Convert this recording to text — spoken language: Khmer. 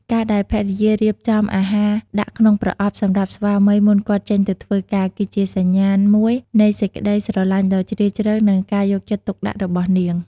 ការដែលភរិយារៀបចំអាហារដាក់ក្នុងប្រអប់សម្រាប់ស្វាមីមុនគាត់ចេញទៅធ្វើការ គឺជាសញ្ញាណមួយនៃសេចក្ដីស្រឡាញ់ដ៏ជ្រាលជ្រៅ និងការយកចិត្តទុកដាក់របស់នាង។